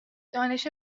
دانش